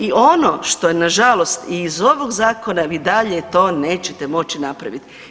I ono što je nažalost i iz ovog zakona vi i dalje to neće moći napravit.